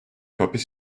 hapis